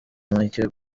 mike